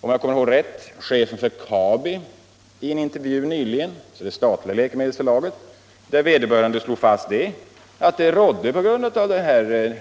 Om jag minns rätt uttalade chefen för det statliga läkemedelsföretaget KABI nyligen i en tidningsintervju att det på grund av den